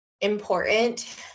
important